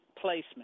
placement